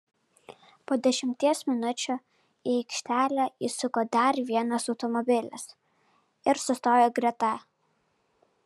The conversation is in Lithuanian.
po dešimties minučių į aikštelę įsuko dar vienas automobilis ir sustojo greta